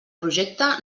projecte